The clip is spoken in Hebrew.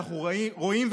אנחנו רואים,